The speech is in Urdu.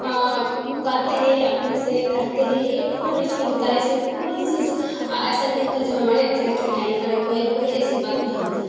اگاتے ہیں اپنے سے کرتے ہیں یہ پورا نیچرل ہوتا ہے اس میں کوئی چیز ایسا نہیں ہوتا ہے جو ہمارے صحت کے لیے ہانیکارک ہو یا کوئی ایسی بات نہیں ہوتی